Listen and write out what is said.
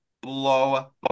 blow